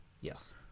Yes